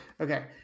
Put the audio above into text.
okay